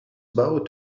about